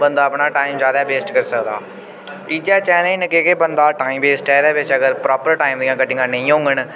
बन्दा अपना टाइम जादै वेस्ट करी सकदा इ'यै चैलेंज न की के बन्दा टाइम वेस्ट ऐ एह्दे च अगर प्रॉपर टाइम दियां गड्डियां नेईं होङन